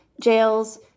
jails